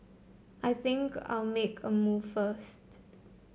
I think I'll make a move first